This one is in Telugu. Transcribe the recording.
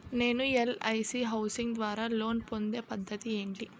నేను ఎల్.ఐ.సి హౌసింగ్ ద్వారా లోన్ పొందే పద్ధతి ఏంటి?